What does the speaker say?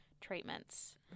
treatments